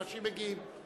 האנשים מגיעים.